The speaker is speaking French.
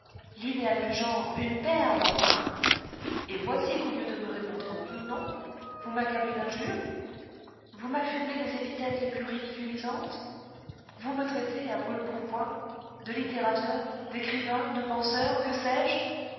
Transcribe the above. l'idéal du genre une perle enfin et voici qu'au lieu de me répondre oui ou non vous m'accablez d'injures vous m'affublez des épithètes les plus ridiculisantes vous me traitez à brûle-pourpoint de littérateur d'écrivain de penseur que sais-je